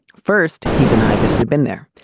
first he denied that it had been there.